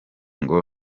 ngo